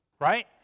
right